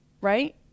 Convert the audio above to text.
right